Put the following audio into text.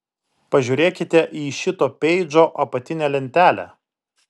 pažiūrėkite į šito peidžo apatinę lentelę